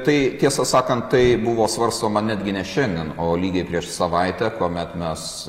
tai tiesą sakant tai buvo svarstoma netgi ne šiandien o lygiai prieš savaitę kuomet mes